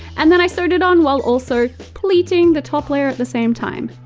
and then i sewed it on while also pleating the top layer at the same time.